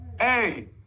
Hey